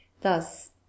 Thus